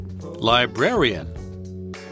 librarian